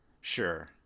sure